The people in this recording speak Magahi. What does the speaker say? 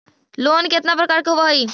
लोन केतना प्रकार के होव हइ?